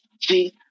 see